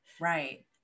Right